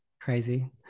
Crazy